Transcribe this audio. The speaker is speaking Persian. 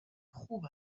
خوب